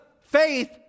faith